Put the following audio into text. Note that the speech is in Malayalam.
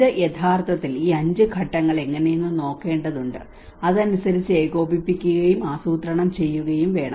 ഇത് യഥാർത്ഥത്തിൽ ഈ 5 ഘട്ടങ്ങൾ എങ്ങനെയെന്ന് നോക്കേണ്ടതുണ്ട് അതിനനുസരിച്ച് ഏകോപിപ്പിക്കുകയും ആസൂത്രണം ചെയ്യുകയും വേണം